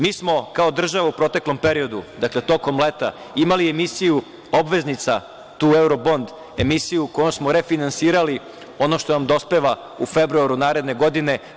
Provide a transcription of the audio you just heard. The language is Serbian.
Mi smo kao država u proteklom periodu, dakle, u tokom leta imali emisiju obveznica, tu eurobond emisiju kojom smo refinansirali ono što vam dospeva u februaru naredne godine.